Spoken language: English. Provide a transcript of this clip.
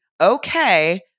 okay